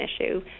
issue